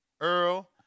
Earl